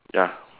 ya